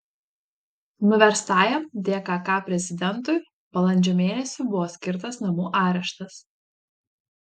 nuverstajam dkk prezidentui balandžio mėnesį buvo skirtas namų areštas